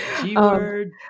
G-word